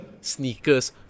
sneakers